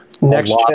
Next